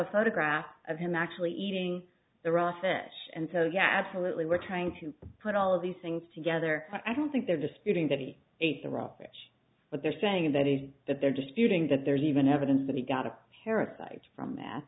a photograph of him actually eating the raw fish and so yeah absolutely we're trying to put all of these things together i don't think they're disputing that he ate the raw fish but they're saying that he said that they're disputing that there's even evidence that he got a parasite from